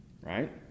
Right